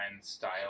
Style